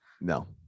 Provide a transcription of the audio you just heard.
No